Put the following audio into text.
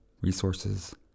resources